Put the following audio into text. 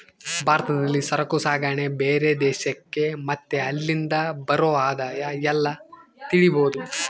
ಭಾರತದಲ್ಲಿ ಸರಕು ಸಾಗಣೆ ಬೇರೆ ದೇಶಕ್ಕೆ ಮತ್ತೆ ಅಲ್ಲಿಂದ ಬರೋ ಆದಾಯ ಎಲ್ಲ ತಿಳಿಬೋದು